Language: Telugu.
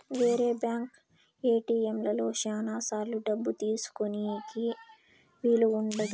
వేరే బ్యాంక్ ఏటిఎంలలో శ్యానా సార్లు డబ్బు తీసుకోనీకి వీలు ఉండదు